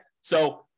So-